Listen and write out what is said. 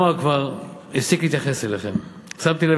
אצלנו,